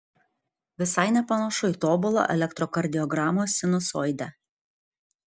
visai nepanašu į tobulą elektrokardiogramos sinusoidę